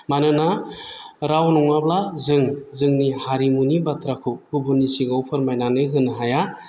मानोना राव नङाब्ला जों जोंनि हारिमुनि बाथ्राखौ गुबुननि सिगाङाव फोरमायनानै होनो हाया